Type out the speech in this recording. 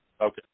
okay